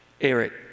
Eric